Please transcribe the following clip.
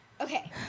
Okay